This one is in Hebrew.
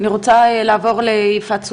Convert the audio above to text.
אני רוצה לעבור ליפעת סולל,